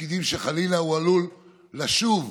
לתפקידים שבהם הוא חלילה עלול לשוב,